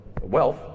wealth